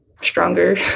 stronger